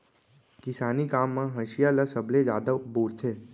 किसानी काम म हँसिया ल सबले जादा बउरथे